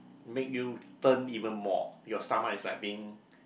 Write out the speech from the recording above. make you turn even more your stomach is like being